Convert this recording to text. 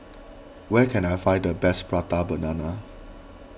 where can I find the best Prata Banana